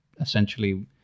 essentially